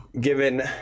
given